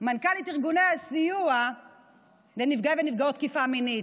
מנכ"לית ארגוני הסיוע לנפגעי ונפגעות תקיפה מינית.